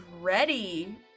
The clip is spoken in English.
ready